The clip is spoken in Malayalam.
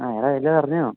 ആ എടാ വല്ലതും അറിഞ്ഞോ